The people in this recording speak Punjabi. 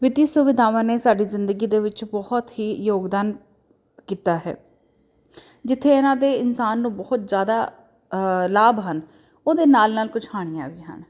ਵਿੱਤੀ ਸੁਵਿਧਾਵਾਂ ਨੇ ਸਾਡੀ ਜ਼ਿੰਦਗੀ ਦੇ ਵਿੱਚ ਬਹੁਤ ਹੀ ਯੋਗਦਾਨ ਕੀਤਾ ਹੈ ਜਿੱਥੇ ਇਹਨਾਂ ਦੇ ਇਨਸਾਨ ਨੂੰ ਬਹੁਤ ਜ਼ਿਆਦਾ ਲਾਭ ਹਨ ਉਹਦੇ ਨਾਲ ਨਾਲ ਕੁਛ ਹਾਣੀਆਂ ਵੀ ਹਨ